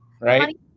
right